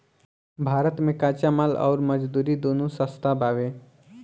भारत मे कच्चा माल अउर मजदूरी दूनो सस्ता बावे